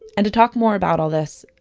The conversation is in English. and to talk more about all this,